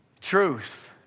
Truth